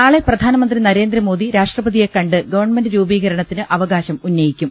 നാളെ പ്രധാനമന്ത്രി നരേന്ദ്രമോദി രാഷ്ട്രപതിയെ കണ്ട് ഗവൺമെന്റ് രൂപീകരണത്തിന് അവകാശം ഉന്നയിക്കും